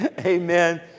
Amen